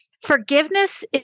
forgiveness